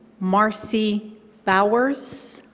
marcy bowers